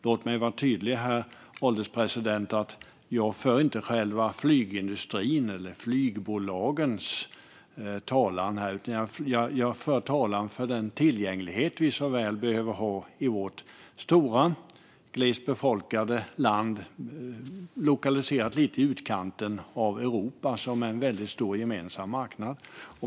Låt mig vara tydlig, herr ålderspresident, om att jag inte för själva flygindustrins eller flygbolagens talan här, utan jag för talan för den tillgänglighet som vi så väl behöver ha i vårt stora och glest befolkade land som är lokaliserat lite i utkanten av Europa som en väldigt stor gemensam marknad.